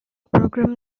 program